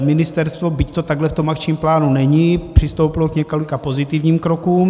Ministerstvo, byť to takhle v tom akčním plánu není, přistoupilo k několika pozitivním krokům.